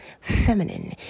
feminine